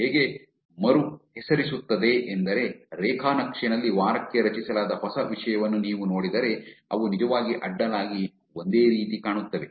ಇದು ಹೇಗೆ ಮರುಹೆಸರಿಸುತ್ತದೆ ಎಂದರೆ ರೇಖಾ ನಕ್ಷೆನಲ್ಲಿ ವಾರಕ್ಕೆ ರಚಿಸಲಾದ ಹೊಸ ವಿಷಯವನ್ನು ನೀವು ನೋಡಿದರೆ ಅವು ನಿಜವಾಗಿ ಅಡ್ಡಲಾಗಿ ಒಂದೇ ರೀತಿ ಕಾಣುತ್ತವೆ